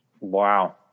Wow